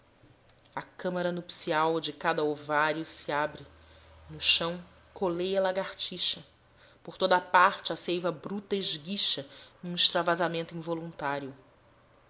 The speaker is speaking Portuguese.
a câmara nupcial de cada ovário se abre no chão coleia a lagartixa por toda a parte a seiva bruta esguicha num extravasamento involuntário